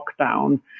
lockdown